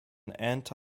anti